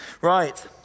Right